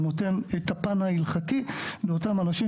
הוא נותן את הפן ההלכתי לאותם אנשים.